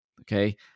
Okay